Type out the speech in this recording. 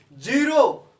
zero